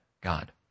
God